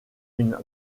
une